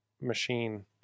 machine